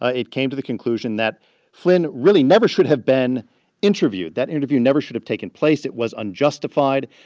ah it came to the conclusion that flynn really never should have been interviewed. that interview never should have taken place. it was unjustified.